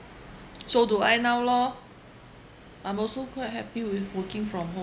so do I now lor I'm also quite happy with working from home